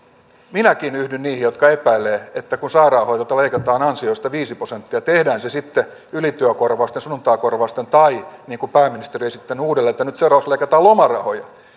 minäkin yhdyn niihin jotka epäilevät että kun sairaanhoitajalta leikataan ansioista viisi prosenttia tehdään se sitten ylityökorvauksista sunnuntaikorvauksista tai niin kuin pääministeri on esittänyt uudelleen että nyt seuraavaksi leikataan lomarahoja